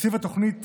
תקציב תוכנית